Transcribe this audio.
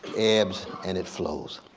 ebbs and it flows.